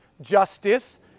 justice